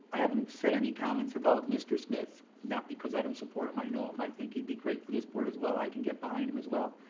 i haven't said any comments about mr. smith, not because i don't support him, i know him, i think he'd be great for this board as well. i can get behind him as well.